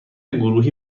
گروهی